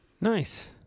Nice